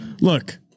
Look